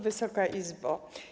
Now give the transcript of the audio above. Wysoka Izbo!